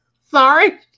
sorry